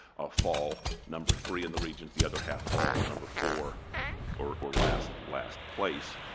ah fall number three in the region the other half fall number four or or last last place.